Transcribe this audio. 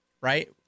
Right